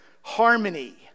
Harmony